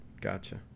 gotcha